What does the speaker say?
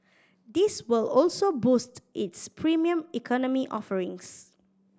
this will also boost its Premium Economy offerings